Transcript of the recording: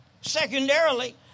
Secondarily